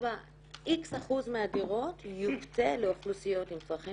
X% מהדירות יוקצה לאוכלוסיות עם צרכים